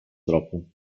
tropu